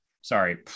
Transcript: sorry